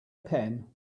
pen